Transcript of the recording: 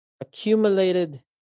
accumulated